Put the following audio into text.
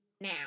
now